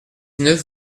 neuf